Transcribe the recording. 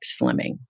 slimming